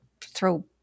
throw